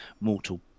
mortal